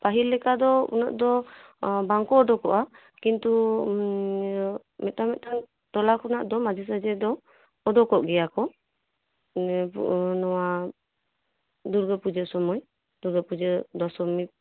ᱯᱟᱹᱦᱤᱞ ᱞᱮᱠᱟ ᱫᱚ ᱩᱱᱟᱹᱜ ᱫᱚ ᱵᱟᱝᱠᱚ ᱩᱰᱩᱠᱚᱜᱼᱟ ᱠᱤᱱᱛᱩ ᱢᱤᱫᱴᱟᱝ ᱢᱤᱫᱴᱟᱝ ᱴᱚᱞᱟ ᱠᱷᱚᱱᱟᱜ ᱫᱚ ᱢᱟᱡᱷᱮ ᱥᱟᱡᱷᱮ ᱫᱚ ᱩᱰᱩᱠᱚᱜ ᱜᱮᱭᱟ ᱠᱚ ᱤᱱᱟᱹᱯᱚᱨ ᱱᱚᱣᱟ ᱫᱩᱨᱜᱟᱹᱯᱩᱡᱟᱹ ᱥᱚᱢᱚᱭ ᱫᱩᱨᱜᱟᱹᱯᱩᱡᱟᱹ ᱫᱚᱥᱚᱢᱤ